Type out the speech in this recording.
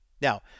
Now